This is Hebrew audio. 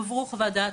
הועברו חוות דעת.